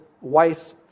wife's